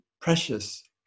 precious